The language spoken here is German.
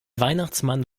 weihnachtsmann